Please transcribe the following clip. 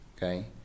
Okay